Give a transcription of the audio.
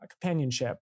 companionship